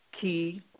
key